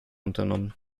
unternommen